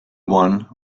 one